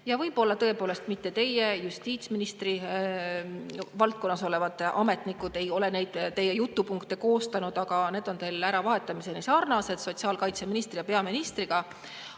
Võib-olla tõepoolest mitte teie, justiitsministri valdkonnas olevad ametnikud ei ole neid teie jutupunkte koostanud, aga need on teil äravahetamiseni sarnased sotsiaalkaitseministri ja peaministri